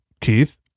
Keith